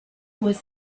was